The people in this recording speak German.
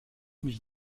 mich